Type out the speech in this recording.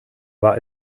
war